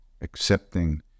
accepting